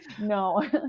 no